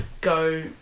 go